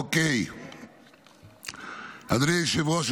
אדוני היושב-ראש,